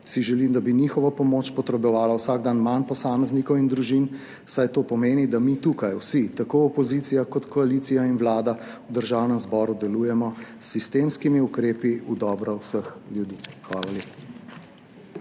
si želim, da bi njihovo pomoč potrebovalo vsak dan manj posameznikov in družin, saj to pomeni, da mi tukaj, vsi, tako opozicija kot koalicija in vlada, v Državnem zboru delujemo s sistemskimi ukrepi v dobro vseh ljudi. Hvala